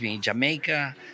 Jamaica